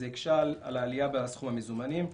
זה הקשה על העלייה בסכום המזומנים.